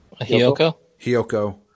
Hiyoko